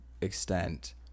extent